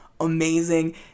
amazing